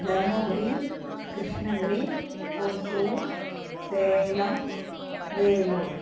Dharmapuri Krishnagiri Hosur Salem Vellore